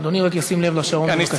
אדוני רק ישים לב לשעון, בבקשה.